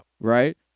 Right